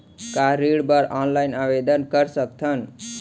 का ऋण बर ऑनलाइन आवेदन कर सकथन?